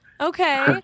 Okay